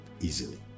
easily